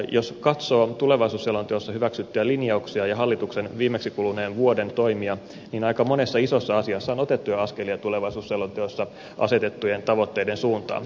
jos katsoo tulevaisuusselonteossa hyväksyttyjä linjauksia ja hallituksen viimeksi kuluneen vuoden toimia niin aika monessa isossa asiassa on otettu jo askelia tulevaisuusselonteossa asetettujen tavoitteiden suuntaan